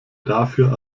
dafür